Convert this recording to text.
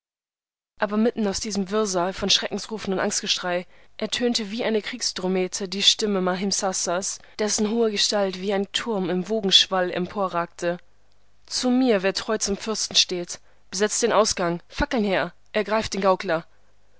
aber mitten aus diesem wirrsal von schreckensrufen und angstgeschrei ertönte wie eine kriegsdrommete die stimme mahimsasas dessen hohe gestalt wie ein turm im wogenschwall emporragte zu mir wer treu zum fürsten steht besetzt den ausgang fackeln her ergreift den gaukler